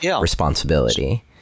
responsibility